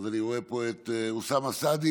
אז אני רואה פה את אוסאמה סעדי.